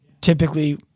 typically